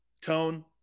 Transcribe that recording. Tone